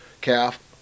calf